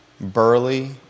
Burley